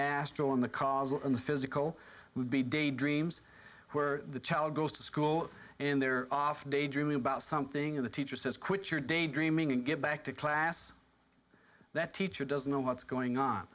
astral in the cars or in the physical would be daydreams where the child goes to school and they're off daydreaming about something or the teacher says quit your daydreaming and get back to class that teacher doesn't know what's